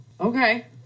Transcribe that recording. Okay